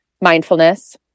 mindfulness